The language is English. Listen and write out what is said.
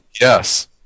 Yes